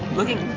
looking